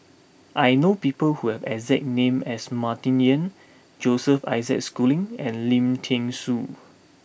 I know people who have the exact name as Martin Yan Joseph Isaac Schooling and Lim Thean Soo